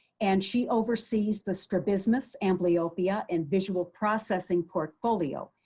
and she oversees the strabismus amblyopia and visual processing portfolio.